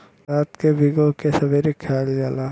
रात के भिगो के सबेरे खायल जाला